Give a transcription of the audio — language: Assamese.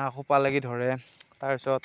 নাক সোপা লাগি ধৰে তাৰপিছত